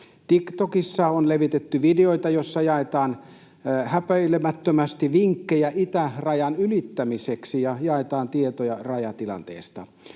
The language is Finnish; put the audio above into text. TikTokissa on levitetty videoita, joissa jaetaan häpeilemättömästi vinkkejä itärajan ylittämiseksi ja jaetaan tietoja rajatilanteesta.